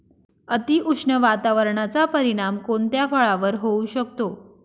अतिउष्ण वातावरणाचा परिणाम कोणत्या फळावर होऊ शकतो?